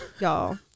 y'all